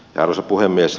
arvoisa puhemies